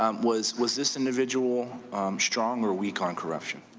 um was was this individual strong or or weak on corruption?